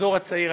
הדור הצעיר,